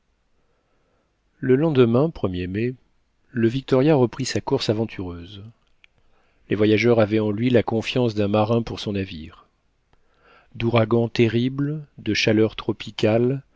le lendemain ler mai le victoria reprit sa course aventureuse les voyageurs avaient en lui la confiance d'un marin pour son navire d'ouragans terribles de chaleurs tropicales